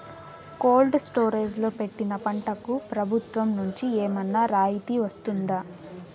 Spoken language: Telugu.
కోల్డ్ స్టోరేజ్ లో పెట్టిన పంటకు ప్రభుత్వం నుంచి ఏమన్నా రాయితీ వస్తుందా?